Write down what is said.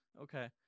Okay